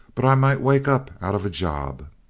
but i might wake up out of a job.